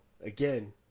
again